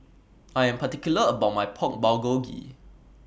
I Am particular about My Pork Bulgogi